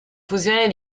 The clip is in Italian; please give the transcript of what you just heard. fusione